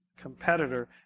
competitor